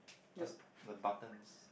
the buttons